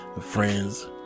friends